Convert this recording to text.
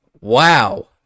Wow